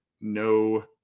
no